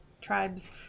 tribes